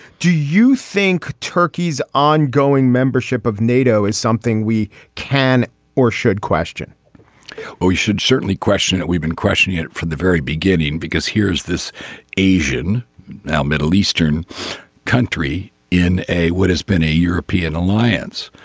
do you think turkey's ongoing membership of nato is something we can or should question we should certainly question that we've been questioning it from the very beginning because here's this asian now middle eastern country in a what has been a european alliance.